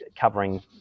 covering